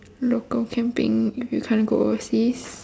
local camping if you can't go overseas